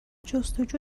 جستجو